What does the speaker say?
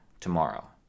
tomorrow